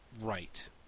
right